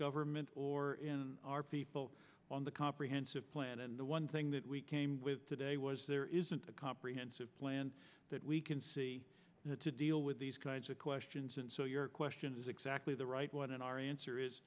government or our people on the comprehensive plan and the one thing that we came with today was there isn't a comprehensive plan that we can see to deal with these kinds of questions and so your question is exactly the right one and our answer is